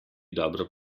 dobro